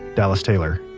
dallas taylor.